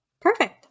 perfect